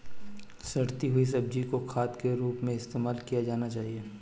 सड़ती हुई सब्जियां को खाद के रूप में इस्तेमाल किया जाना चाहिए